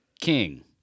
King